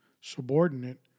subordinate